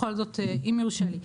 בכל זאת אם יורשה לי.